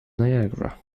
niagara